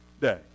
day